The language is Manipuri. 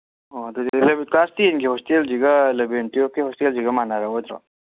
ꯑꯣ ꯑꯗꯨ ꯀ꯭ꯂꯥꯁ ꯇꯦꯟꯒꯤ ꯍꯣꯁꯇꯦꯜꯒꯤꯒ ꯑꯦꯂꯕꯦꯟ ꯇ꯭ꯋꯦꯜꯐꯀꯤ ꯍꯣꯁꯇꯦꯜꯒꯤꯒ ꯃꯥꯟꯅꯔꯛꯑꯣꯏꯗ꯭ꯔꯣ